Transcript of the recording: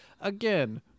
again